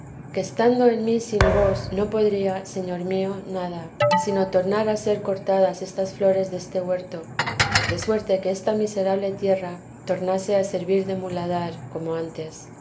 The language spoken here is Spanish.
que estando en mí sin vos no podría señor mío nada sino tornar a ser cortadas estas flores deste huertc de suerte que esta miserable tierra tornase a servir de muladar como antes